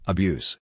Abuse